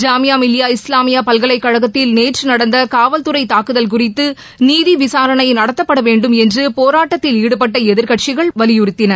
ஜாமியா மிலியா இஸ்லாமியா பல்கலைக்கழகத்தில் நேற்று நடந்த காவல் துறை தாக்குதல் குறித்து நீதி விசாரணை நடத்தப்படவேண்டும் என்று போராட்டத்தில் ஈடுபட்ட எதிர்கட்சிகள் வலியுறுத்தின